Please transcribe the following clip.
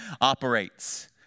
operates